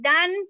Dan